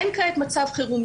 אין כעת מצב חירום,